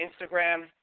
Instagram